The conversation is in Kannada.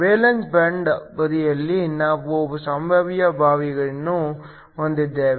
ವೇಲೆನ್ಸ್ ಬ್ಯಾಂಡ್ ಬದಿಯಲ್ಲಿ ನಾವು ಸಂಭಾವ್ಯ ಬಾವಿಯನ್ನು ಹೊಂದಿದ್ದೇವೆ